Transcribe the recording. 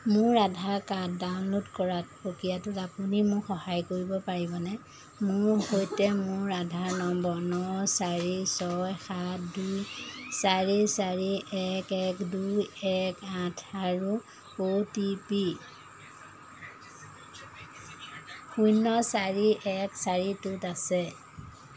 মোৰ Aadhaar card download কৰাত প্ৰক্ৰিয়াটোত আপুনি মোক সহায় কৰিব পাৰিবনে মোৰ সৈতে মোৰ আধাৰ নম্বৰ ন চাৰি ছয় সাত দুই চাৰি চাৰি এক এক দুই এক আঠ আৰু অ' টি পি শূন্য চাৰি এক চাৰিটোত আছে